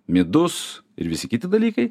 midus ir visi kiti dalykai